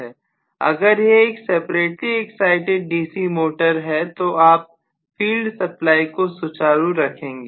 अगर यह एक सेपरेटली एक्साइटिड डीसी मोटर है तो आप फील्ड सप्लाई को सुचारू रखेंगे